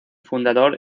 fundador